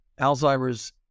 Alzheimer's